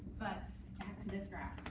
but back to this graph,